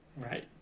right